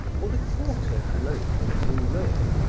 or the quartern loaf a little lower,